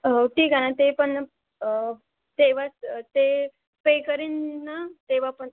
हो ठीक आहे ना ते पण तेव्हा ते पे करीन ना तेव्हा पण